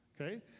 okay